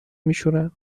میشورن